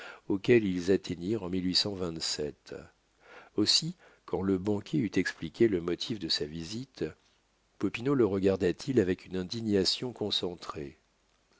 auxquelles ils atteignirent en aussi quand le banquier eut expliqué le motif de sa visite popinot le regarda t il avec une indignation concentrée